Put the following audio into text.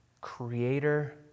creator